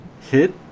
hit